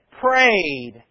prayed